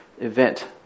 event